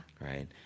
Right